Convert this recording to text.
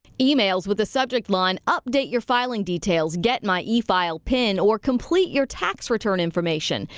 emails with the subject line update your filing details, get my e-file p i n. or complete your tax return information,